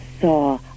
saw